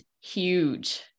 huge